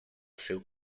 seu